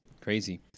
crazy